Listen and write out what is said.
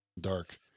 dark